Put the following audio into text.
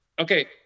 Okay